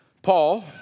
Paul